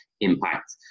impact